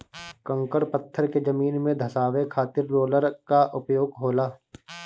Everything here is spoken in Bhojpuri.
कंकड़ पत्थर के जमीन में धंसावे खातिर रोलर कअ उपयोग होला